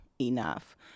enough